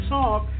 Talk